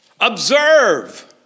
Observe